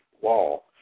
wall